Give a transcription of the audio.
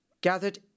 Gathered